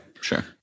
sure